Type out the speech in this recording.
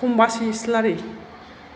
खमबासि इसलारि